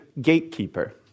gatekeeper